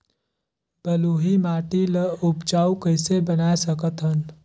बलुही माटी ल उपजाऊ कइसे बनाय सकत हन?